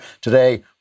Today